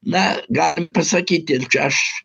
na galima pasakyti aš